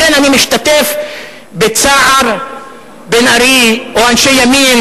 לכן אני משתתף בצער בן-ארי, או אנשי ימין,